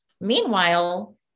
meanwhile